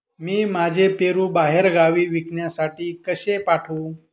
मी माझे पेरू बाहेरगावी विकण्यासाठी कसे पाठवू?